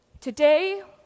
Today